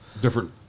different